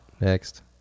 Next